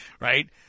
right